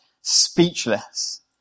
speechless